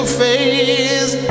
face